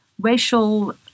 racial